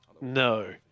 no